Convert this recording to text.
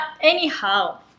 anyhow